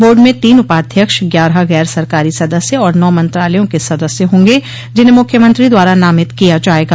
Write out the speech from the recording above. board में तीन उपाध्यक्ष ग्यारह गैर सरकारी सदस्य और नौ मंत्रालयों के सदस्य होंगे जिन्हें मुख्यमंत्री द्वारा नामित किया जायेगा